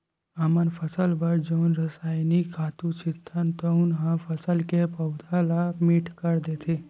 हमन फसल बर जउन रसायनिक खातू छितथन तउन ह फसल के पउधा ल मीठ कर देथे